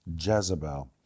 Jezebel